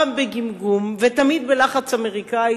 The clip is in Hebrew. פעם בגמגום ותמיד בלחץ אמריקני,